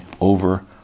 over